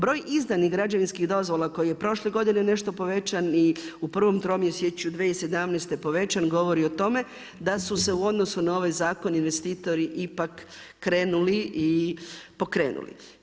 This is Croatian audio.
Broj izdanih građevinskih dozvola koje je prošle godine nešto povećan i u prvom tromjesečju 2017. povećan govori o tome da su se u odnosu na ovaj zakon investitori ipak krenuli i pokrenuli.